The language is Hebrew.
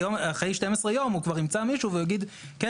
אחרי 12 יום הוא כבר ימצא מישהו והוא יגיד 'כן,